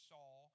Saul